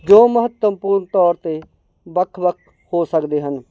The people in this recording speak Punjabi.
ਜੋ ਮਹੱਤਵਪੂਰਨ ਤੌਰ 'ਤੇ ਵੱਖ ਵੱਖ ਹੋ ਸਕਦੇ ਹਨ